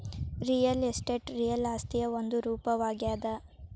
real estate real ಆಸ್ತಿಯ ಒಂದು ರೂಪವಾಗ್ಯಾದ